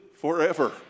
forever